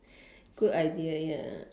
good idea ya